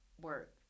work